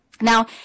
Now